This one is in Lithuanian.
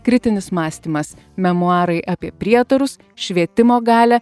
kritinis mąstymas memuarai apie prietarus švietimo galią